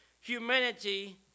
humanity